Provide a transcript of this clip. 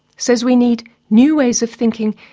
says we need new ways of thinking,